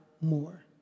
more